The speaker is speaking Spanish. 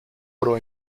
oro